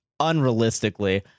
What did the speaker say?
unrealistically